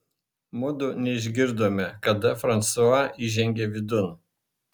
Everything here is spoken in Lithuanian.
mudu neišgirdome kada fransua įžengė vidun